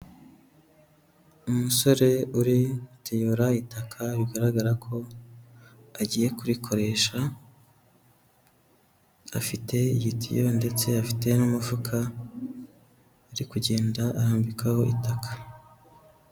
Umusore uri gutiyura itaka bigaragara ko agiye kurikoresha, afite igitiyo ndetse afite n'umufuka ari kugenda arambikaho itaka.